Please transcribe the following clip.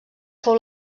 fou